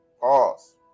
pause